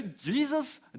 Jesus